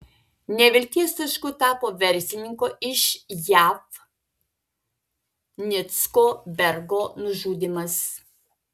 nevilties tašku tapo verslininko iš jav nicko bergo nužudymas